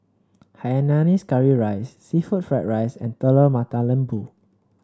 Hainanese Curry Rice seafood Fried Rice and Telur Mata Lembu